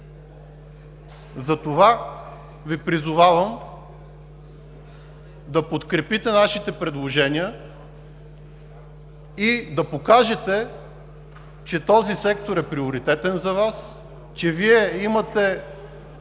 Затова Ви призовавам да подкрепите нашите предложения и да покажете, че този сектор е приоритетен за Вас, че имате